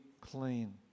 clean